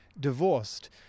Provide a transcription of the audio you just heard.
divorced